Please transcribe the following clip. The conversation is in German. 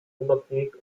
unabhängige